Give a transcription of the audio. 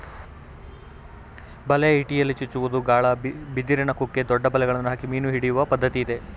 ಬಲೆ, ಇಟಿಯಲ್ಲಿ ಚುಚ್ಚುವುದು, ಗಾಳ, ಬಿದಿರಿನ ಕುಕ್ಕೆ, ದೊಡ್ಡ ಬಲೆಗಳನ್ನು ಹಾಕಿ ಮೀನು ಹಿಡಿಯುವ ಪದ್ಧತಿ ಇದೆ